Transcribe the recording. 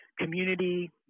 community